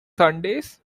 sundays